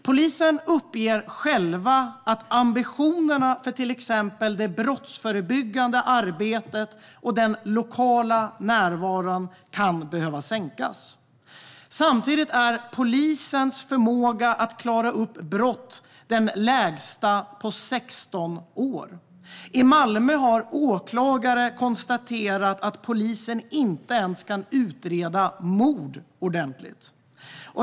Polisen uppger själv att ambitionerna för exempelvis det brottsförebyggande arbetet och den lokala närvaron kan behöva sänkas. Samtidigt är polisens förmåga att klara upp brott den lägsta på 16 år. I Malmö har åklagare konstaterat att polisen inte ens kan utreda mord ordentligt.